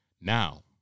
Now